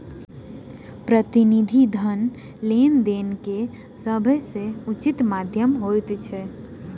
प्रतिनिधि धन लेन देन के सभ सॅ उचित माध्यम होइत अछि